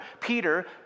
Peter